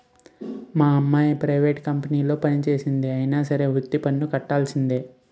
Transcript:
మా అమ్మాయి ప్రైవేట్ కంపెనీలో పనిచేస్తంది అయినా సరే వృత్తి పన్ను కట్టవలిసిందే